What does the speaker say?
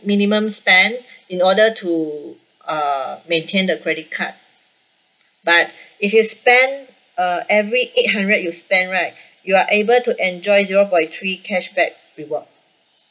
minimum spend in order to uh maintain the credit card but if you spend uh every eight hundred you spend right you are able to enjoy zero point three cashback reward